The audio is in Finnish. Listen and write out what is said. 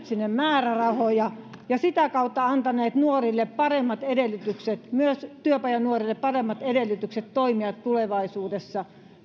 sinne määrärahoja ja sitä kautta antaa nuorille paremmat edellytykset myös työpajanuorille paremmat edellytykset toimia tulevaisuudessa